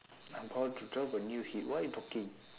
i'm about to drop a new hit what are you talking